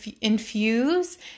infuse